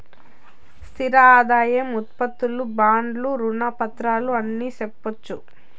స్థిర ఆదాయం ఉత్పత్తులు బాండ్లు రుణ పత్రాలు అని సెప్పొచ్చు